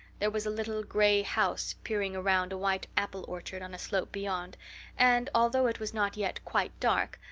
there was a little gray house peering around a white apple orchard on a slope beyond and, although it was not yet quite dark,